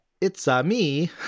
It's-a-Me